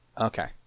okay